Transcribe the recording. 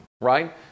right